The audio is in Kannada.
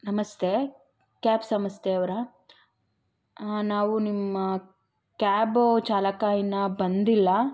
ನಮಸ್ತೇ ಕ್ಯಾಬ್ ಸಂಸ್ಥೆಯವರಾ ನಾವು ನಿಮ್ಮ ಕ್ಯಾಬು ಚಾಲಕ ಇನ್ನೂ ಬಂದಿಲ್ಲ